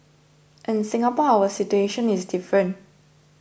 in Singapore our situation is different